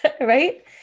right